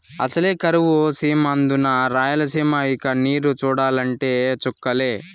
అసలే కరువు సీమ అందునా రాయలసీమ ఇక నీరు చూడాలంటే చుక్కలే